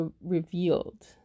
revealed